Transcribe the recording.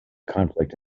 conflict